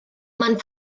man